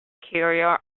carrier